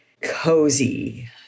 cozy